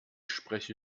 spreche